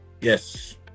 yes